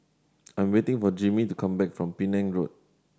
I'm waiting for Jimmie to come back from Penang Road